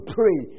pray